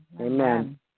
Amen